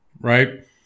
right